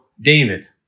David